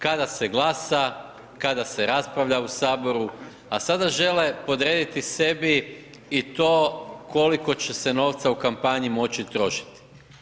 Kada se glasa, kada se raspravlja u saboru, a sada žele podrediti sebi i to koliko će se novca u kampanji moći trošiti.